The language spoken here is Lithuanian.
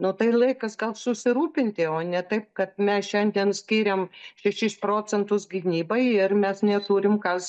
nu tai laikas gal susirūpinti o ne taip kad mes šiandien skiriam šešis procentus gynybai ir mes neturim kas